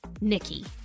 Nikki